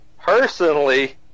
personally